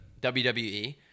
WWE